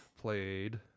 played